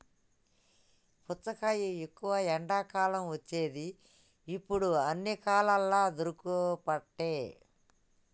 పుచ్చకాయ ఎక్కువ ఎండాకాలం వచ్చేది ఇప్పుడు అన్ని కాలాలల్ల దొరుకబట్టె